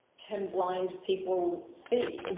can blind people see?